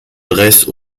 dresse